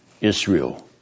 Israel